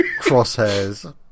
Crosshairs